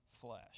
flesh